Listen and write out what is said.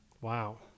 Wow